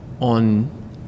on